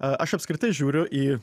a aš apskritai žiūriu į